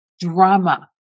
drama